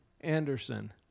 Anderson